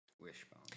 Wishbone